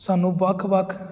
ਸਾਨੂੰ ਵੱਖ ਵੱਖ